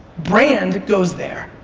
brand goes there.